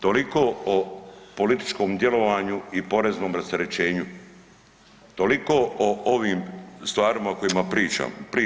Toliko o političkom djelovanju i poreznom rasterećenju, toliko o ovim stvarima o kojima pričamo.